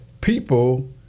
people